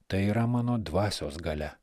tai yra mano dvasios galia